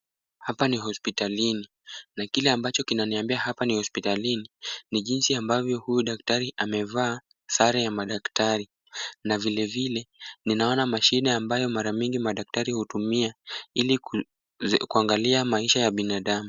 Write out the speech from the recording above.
Hapa ni hospitalini na kile ambacho kinaniambia hapa ni hospitalini. Ni jinsi ambavyo huyu daktari amevaa sare ya madaktari na vilevile, ninaona mashine ambayo mara mingi madaktari hutumia ili kuangalia maisha ya binadamu.